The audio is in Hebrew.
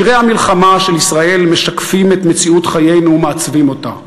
שירי המלחמה של ישראל משקפים את מציאות חיינו ומעצבים אותה.